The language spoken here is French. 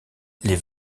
les